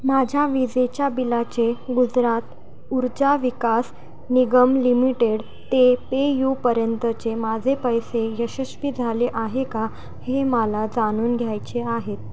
माझ्या विजेच्या बिलाचे गुजरात ऊर्जा विकास निगम लिमिटेड ते पेयूपर्यंतचे माझे पैसे यशस्वी झाले आहे का हे मला जाणून घ्यायचे आहेत